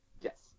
Yes